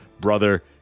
brother